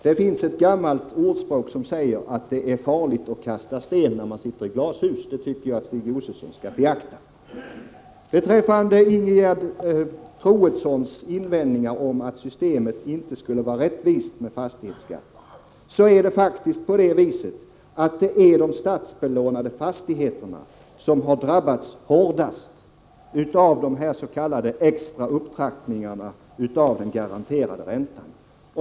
Det finns ett gammalt ordspråk som säger att man inte bör kasta sten när man sitter i glashus. Det tycker jag att Stig Josefson skall beakta. Ingegerd Troedsson framförde invändningar mot att systemet med fastighetsskatten skulle vara rättvist. Men det är faktiskt de statsbelånade fastigheterna som har drabbats hårdast av de s.k. extra upptrappningarna av den garanterade räntan.